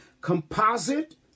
Composite